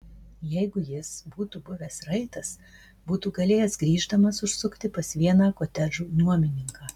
jeigu jis būtų buvęs raitas būtų galėjęs grįždamas užsukti pas vieną kotedžų nuomininką